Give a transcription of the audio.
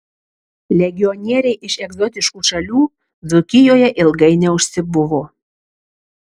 legionieriai iš egzotiškų šalių dzūkijoje ilgai neužsibuvo